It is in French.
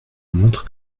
montre